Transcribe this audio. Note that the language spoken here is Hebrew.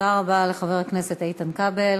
תודה רבה לחבר הכנסת איתן כבל.